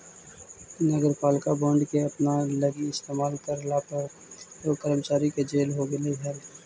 नगरपालिका बॉन्ड के अपना लागी इस्तेमाल करला पर एगो कर्मचारी के जेल हो गेलई हल